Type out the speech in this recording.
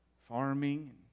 farming